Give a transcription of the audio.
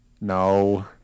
No